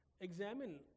examine